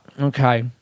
okay